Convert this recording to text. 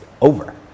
over